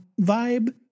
vibe